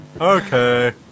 okay